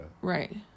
right